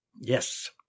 Yes